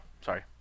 sorry